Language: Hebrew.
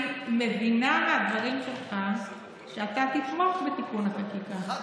אני מבינה מהדברים שלך שאתה תתמוך בתיקון החקיקה.